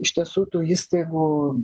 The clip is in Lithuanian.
iš tiesų tų įstaigų